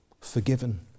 forgiven